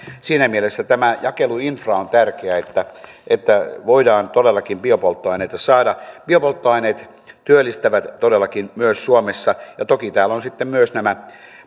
siinä mielessä tämä jakeluinfra on tärkeää että voidaan todellakin biopolttoaineita saada biopolttoaineet työllistävät todellakin myös suomessa ja toki täällä on sitten myös nämä